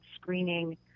screening